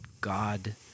God